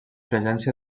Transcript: presència